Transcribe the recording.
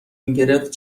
میگرفت